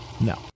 No